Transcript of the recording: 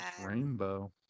rainbow